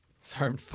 Sorry